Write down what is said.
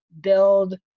build